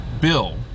bill